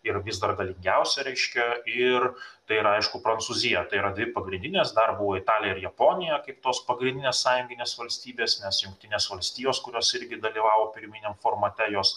ir vis dar galingiausia reiškia ir tai yra aišku prancūzija tai yra dvi pagrindinės dar buvo italija ir japonija kaip tos pagrindinės sąjunginės valstybės nes jungtinės valstijos kurios irgi dalyvavo pirminiam formate jos